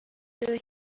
still